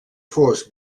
fos